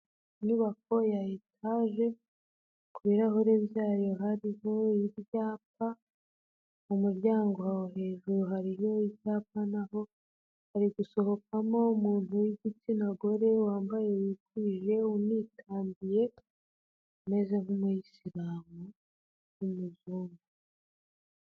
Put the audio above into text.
Inyubako ya etaje ku birahure byayo hariho ibyapa, mu muryango hejuru hariho ibyapa na ho, hari gusohokamo umuntu w'igitsina gore wambaye wikwije unitandiye, umeze nk'umu Islam w'umuzungu.